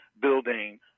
building